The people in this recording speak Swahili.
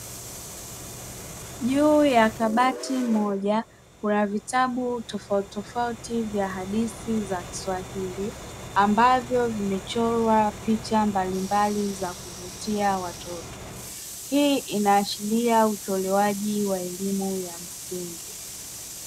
Juu ya kabati moja kuna vitabu tofautitofauti vya hadithi za kiswahili ambavyo vimechorwa picha mbalimbali za kuvutia watoto hii inaashiria utolewaji wa elimu ya msingi.